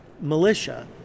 militia